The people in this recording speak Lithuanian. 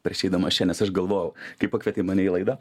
prieš eidamas čia nes aš galvojau kaip pakvietė mane į laidą